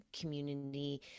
community